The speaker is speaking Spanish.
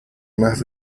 más